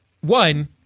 One